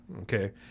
Okay